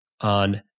on